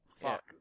fuck